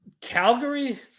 Calgary